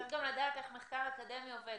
צריך גם לדעת איך מחקר אקדמי עובד.